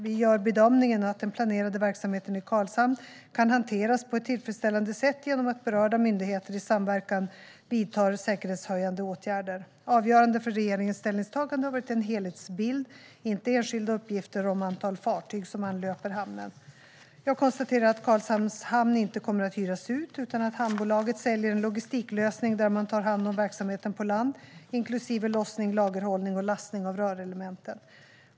Vi gör bedömningen att den planerade verksamheten i Karlshamn kan hanteras på ett tillfredsställande sätt genom att berörda myndigheter i samverkan vidtar säkerhetshöjande åtgärder. Avgörande för regeringens ställningstagande har varit en helhetsbild, inte enskilda uppgifter om antal fartyg som anlöper hamnen. Jag konstaterar att Karlshamns hamn inte kommer att hyras ut, utan att hamnbolaget säljer en logistiklösning där man tar hand om verksamheten på land, inklusive lossning, lagerhållning och lastning av rörelementen.